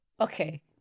Okay